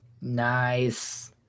Nice